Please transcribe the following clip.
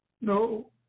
No